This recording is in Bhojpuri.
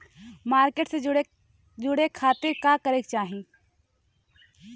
मार्केट से जुड़े खाती का करे के चाही?